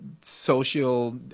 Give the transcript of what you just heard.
social